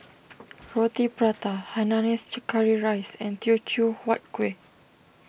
Roti Prata Hainanese Curry Rice and Teochew Huat Kueh